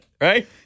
right